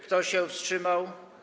Kto się wstrzymał?